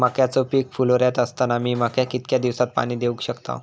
मक्याचो पीक फुलोऱ्यात असताना मी मक्याक कितक्या दिवसात पाणी देऊक शकताव?